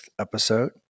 episode